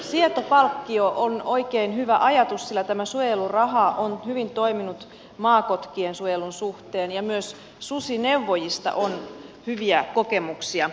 sietopalkkio on oikein hyvä ajatus sillä tämä suojeluraha on hyvin toiminut maakotkien suojelun suhteen ja myös susineuvojista on hyviä kokemuksia